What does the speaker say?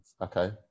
Okay